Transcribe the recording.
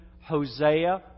Hosea